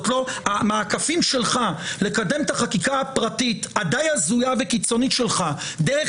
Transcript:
המעקפים שלך לקדם את החקיקה הפרטית הדי הזויה וקיצונית שלך דרך